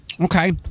Okay